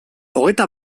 hogeita